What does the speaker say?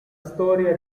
storia